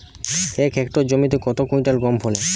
এক হেক্টর জমিতে কত কুইন্টাল গম ফলে?